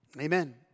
Amen